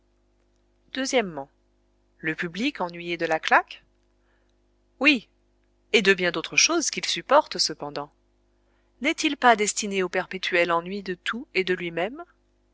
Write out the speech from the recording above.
le public ennuyé de la claque oui et de bien d'autres choses qu'il supporte cependant n'est-il pas destiné au perpétuel ennui de tout et de lui-même